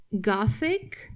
Gothic